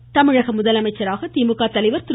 ஸ்டாலின் தமிழக முதலமைச்சராக திமுக தலைவர் திரு